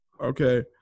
Okay